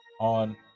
On